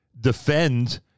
defend